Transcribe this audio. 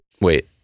Wait